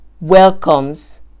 welcomes